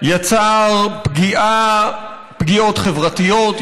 יצר פגיעות חברתיות,